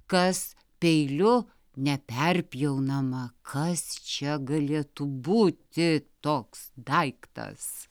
kas peiliu neperpjaunama kas čia galėtų būti toks daiktas